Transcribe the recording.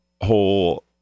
whole